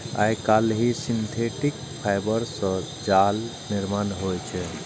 आइकाल्हि synthetic fibre सं जालक निर्माण होइ छै